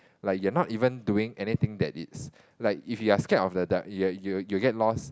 like you're not even doing anything that it's like if you're scared of the dark you'll you'll you'll get lost